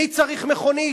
מי צריך מכונית,